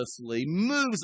moves